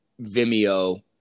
Vimeo